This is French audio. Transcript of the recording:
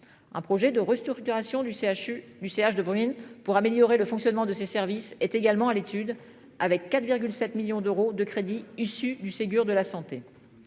Un projet de restructuration du CHU du CH de Boeing pour améliorer le fonctionnement de ces services est également à l'étude avec 4 7 millions d'euros de crédits issus du Ségur de la santé.